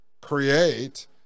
create